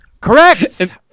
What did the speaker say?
Correct